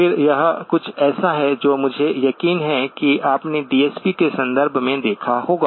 फिर यह कुछ ऐसा है जो मुझे यकीन है कि आपने डीएसपी के संदर्भ में देखा होगा